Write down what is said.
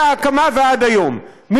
מההקמה ועד היום,